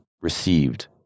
received